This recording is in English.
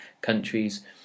countries